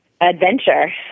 adventure